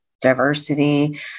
diversity